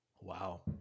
Wow